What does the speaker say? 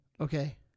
Okay